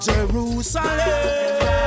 Jerusalem